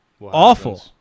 Awful